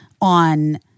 on